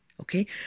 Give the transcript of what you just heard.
okay